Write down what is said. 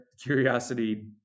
curiosity